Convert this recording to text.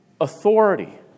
authority